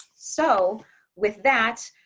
so with that,